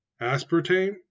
Aspartame